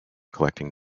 collecting